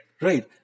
Right